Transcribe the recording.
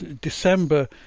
December